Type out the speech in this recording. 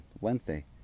Wednesday